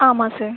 ஆமாம் சார்